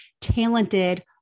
talented